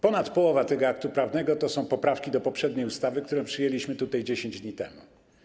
Ponad połowa tego aktu prawnego to są poprawki do poprzedniej ustawy, którą przyjęliśmy tutaj 10 dni temu.